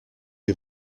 les